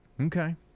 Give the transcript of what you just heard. Okay